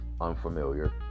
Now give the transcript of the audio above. unfamiliar